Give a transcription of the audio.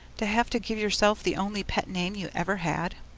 to have to give yourself the only pet name you ever had?